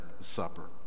supper